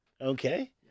Okay